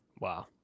wow